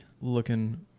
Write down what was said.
looking